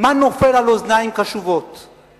לאנשים מהמיעוטים בחברה הישראלית,